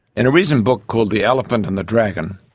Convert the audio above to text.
in a recent book called the elephant and the dragon,